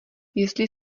jestli